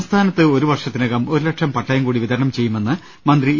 സംസ്ഥാനത്ത് ഒരു വർഷത്തിനകം ഒരുലക്ഷം പട്ടയംകൂടി വിത രണം ചെയ്യുമെന്ന് മന്ത്രി ഇ